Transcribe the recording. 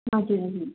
हजुर